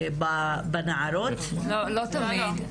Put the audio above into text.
בהנחיות,